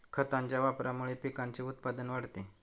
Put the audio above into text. खतांच्या वापरामुळे पिकाचे उत्पादन वाढते